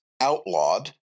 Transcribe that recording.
outlawed